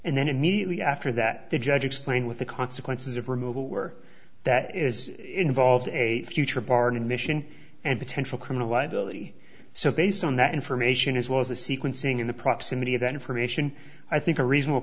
and then immediately after that the judge explain what the consequences of removal were that is involved a future pardon mission and potential criminal liability so based on that information as well as the sequencing in the proximity of that information i think a reasonable